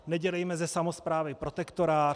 Nedělejme ze samosprávy protektorát.